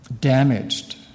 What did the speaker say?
damaged